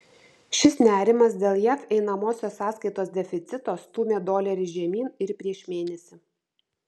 šis nerimas dėl jav einamosios sąskaitos deficito stūmė dolerį žemyn ir prieš mėnesį